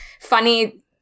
funny